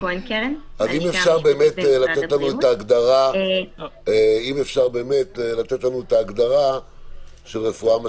אם אפשר, תנו לנו הגדרה של רפואה משלימה,